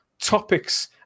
topics